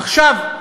עכשיו,